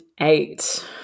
eight